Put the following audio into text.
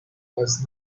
was